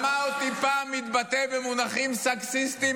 שמע אותי פעם מתבטא במונחים סקסיסטיים